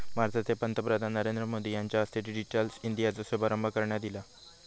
भारताचे पंतप्रधान नरेंद्र मोदी यांच्या हस्ते डिजिटल इंडियाचो शुभारंभ करण्यात ईला